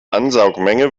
ansaugmenge